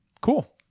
cool